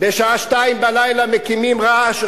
בשעה 02:00 מקימים רעש,